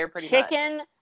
chicken